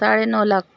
ساڑھے نو لاکھ